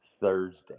Thursday